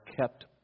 kept